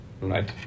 right